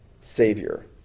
savior